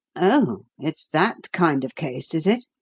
oh, it's that kind of case, is it?